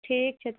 ठीक छै तऽ